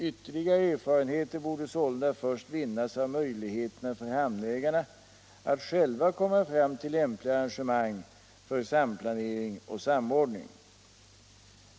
Ytterligare erfarenheter borde sålunda först vinnas av möjligheterna för hamnägarna att själva komma fram till lämpliga arrangemang för samplanering och samordning.